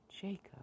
Jacob